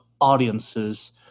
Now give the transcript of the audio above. audiences